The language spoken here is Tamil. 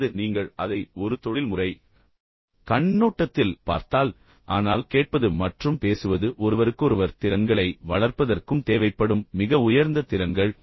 அதாவது நீங்கள் அதை ஒரு தொழில்முறை கண்ணோட்டத்தில் பார்த்தால் ஆனால் கேட்பது மற்றும் பேசுவது ஒருவருக்கொருவர் திறன்களை வளர்ப்பதற்கும் தேவைப்படும் மிக உயர்ந்த திறன்கள்